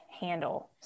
handle